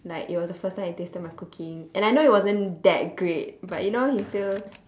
like it was the first time he tasted my cooking and I know it wasn't that great but you know he still